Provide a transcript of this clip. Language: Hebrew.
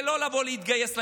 זה לא לבוא להתגייס למלחמה.